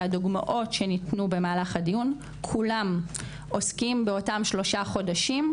והדוגמאות שניתנו במהלך הדיון כולן עוסקות באותם שלושה חודשים,